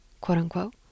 quote-unquote